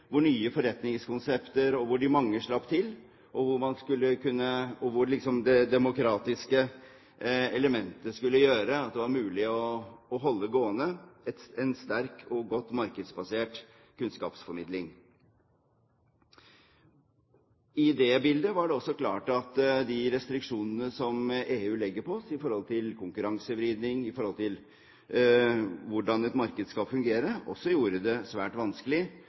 hvor nye forretningskonsepter og de mange slapp til, og hvor det demokratiske elementet skulle gjøre det mulig å holde gående en sterk og godt markedsbasert kunnskapsformidling. I det bildet var det også klart at de restriksjonene som EU legger på oss når det gjelder konkurransevridning, når det gjelder hvordan et marked skal fungere, også gjorde det svært vanskelig